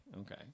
Okay